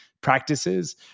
practices